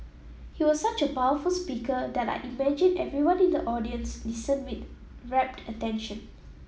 he was such a powerful speaker that I imagine everyone in the audience listened with rapt attention